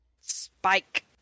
Spike